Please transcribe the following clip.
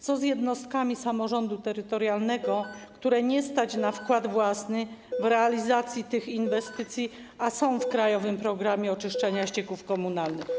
Co z jednostkami samorządu terytorialnego, których nie stać na wkład własny w realizacji tych inwestycji, a uczestniczą w ˝Krajowym programie oczyszczania ścieków komunalnych˝